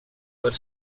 per